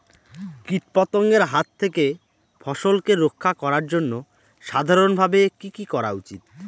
কীটপতঙ্গের হাত থেকে ফসলকে রক্ষা করার জন্য সাধারণভাবে কি কি করা উচিৎ?